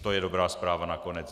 To je dobrá zpráva nakonec.